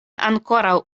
ankoraŭ